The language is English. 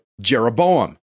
Jeroboam